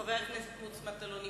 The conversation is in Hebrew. חבר הכנסת מוץ מטלון,